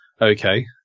okay